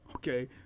Okay